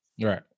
Right